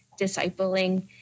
discipling